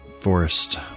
forest